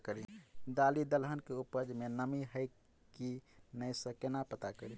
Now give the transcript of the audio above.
दालि दलहन केँ उपज मे नमी हय की नै सँ केना पत्ता कड़ी?